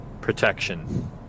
protection